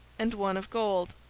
and one of gold.